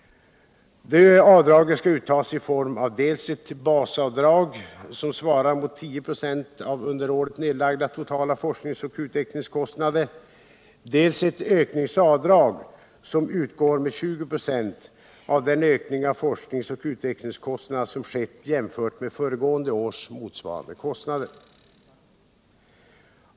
Det avdraget skall uttas i form av dels ett basavdrag som svarar mot 10 96 av under året nedlagda totala forskningsoch utvecklingskostnader, dels ett ökningsavdrag som utgår med 20 96 av den ökning av forskningsoch utvecklingskostnaderna som skett jämfört med föregående års motsvarande kostnader.